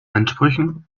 ansprüchen